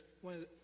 one